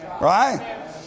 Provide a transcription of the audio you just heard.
Right